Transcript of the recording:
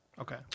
Okay